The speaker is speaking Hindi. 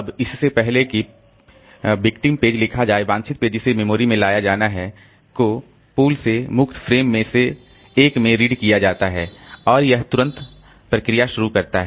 अब इससे पहले कि पीड़ित पेज लिखा जाए वांछित पेज जिसे मेमोरी में लाया जाना है को पूल से मुक्त फ्रेम में से एक में रीड किया जाता है और यह तुरंत प्रोसेस शुरू करता है